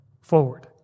forward